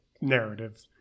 narrative